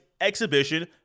exhibition